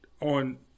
on